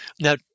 Now